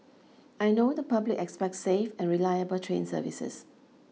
I know the public expects safe and reliable train services